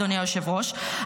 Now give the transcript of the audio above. אדוני היושב-ראש,